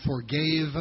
forgave